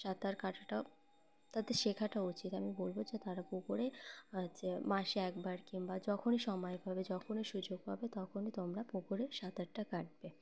সাঁতার কাটাটাও তাদের শেখাটা উচিত আমি বলবো যে তারা পুকুরে হ যে মাসে একবার কিংবা যখনই সময় পাবে যখনই সুযোগ পাবে তখনই তোমরা পুকুরে সাঁতারটা কাটবে